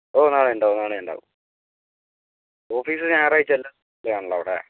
ഓ നാളെ ഞാൻ ഉണ്ടാവും നാളെ ഞാൻ ഉണ്ടാവും ഓഫീസിൽ ഞായറാഴ്ച എല്ലാ ആണല്ലോ അവിടെ